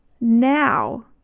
now